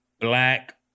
black